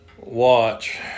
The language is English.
watch